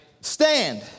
stand